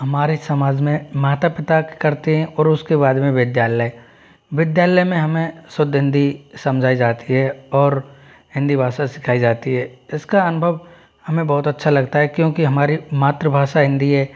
हमारे समाज में माता पिता करते हैं और उसके बाद में विद्यालय विद्यालय में हमें शुद्ध हिंदी समझाई जाती है और हिंदी भाषा सिखाई जाती है इसका अनुभव हमें बहुत अच्छा लगता है क्योंकि हमारी मातृभाषा हिंदी है